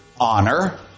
honor